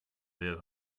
wird